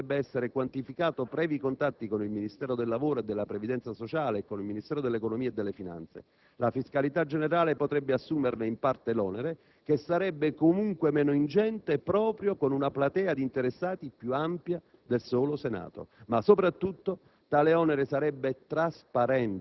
detenga un solo voto. Il costo iniziale, per tale fondo, dovrebbe essere quantificato previ contatti con il Ministero del lavoro e della previdenza sociale e con il Ministero dell'economia e delle finanze: la fiscalità generale potrebbe assumersene in parte l'onere, che sarebbe comunque meno ingente proprio con una platea di interessati più ampia del solo